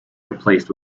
replaced